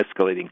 escalating